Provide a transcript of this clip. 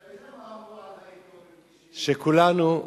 אתה יודע מה אמרו על האתיופים כשהגיעו, שכולנו,